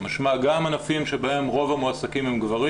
משמע גם ענפים שבהם רוב המועסקים הם גברים